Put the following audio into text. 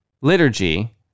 liturgy